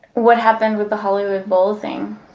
what happened with the hollywood bowl thing?